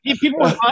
People